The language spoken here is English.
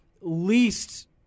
least